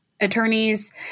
attorneys